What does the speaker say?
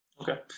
Okay